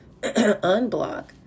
unblock